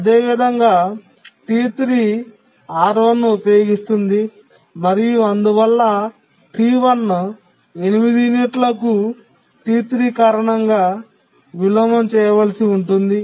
అదేవిధంగా T3 R1 ను ఉపయోగిస్తుంది మరియు అందువల్ల T1 8 యూనిట్లకు T3 కారణంగా విలోమం చేయవలసి ఉంటుంది